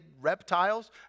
reptiles